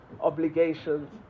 obligations